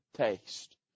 taste